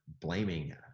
blaming